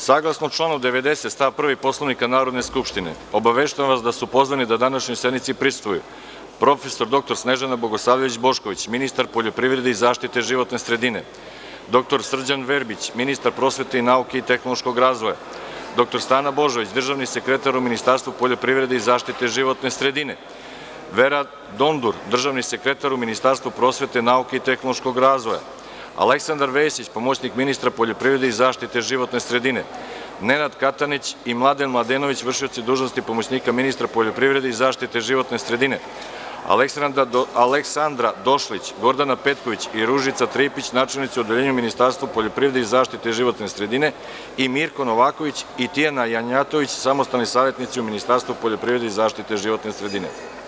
Saglasno članu 90. stav 1. Poslovnika Narodne skupštine, obaveštavam vas da su pozvani da današnjoj sednici prisustvuju: prof. dr Snežana Bogosavljević Bošković, ministar poljoprivrede i zaštite životne sredine, dr Srđan Verbić, ministar prosvete, neuke i tehnološkog razvoja, dr Stana Božović, državni sekretar u Ministarstvu poljoprivrede i zaštite životne sredine, Vera Dondur, državni sekretar u Ministarstvu prosvete, nauke i tehnološkog razvoja, Aleksandar Vesić, pomoćnik ministra poljoprivrede i zaštite životne sredine, Nenad Katanić i Mladen Mladenović, vršioci dužnosti pomoćnika ministra poljoprivrede i zaštite životne sredine, Aleksandra Došlić, Gordana Petković i Ružica Tripić, načelnici Odeljenja Ministarstva poljoprivrede i zaštite životne sredine i Mirko Novaković i Tina Janjatović, samostalni savetnici u Ministarstvu poljoprivrede i zaštite životne sredine.